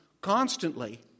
constantly